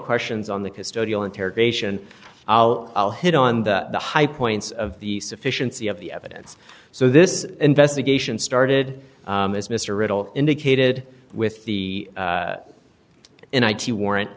questions on the custodial interrogation i'll i'll hit on the high points of the sufficiency of the evidence so this investigation started as mr riddle indicated with the and i to warrant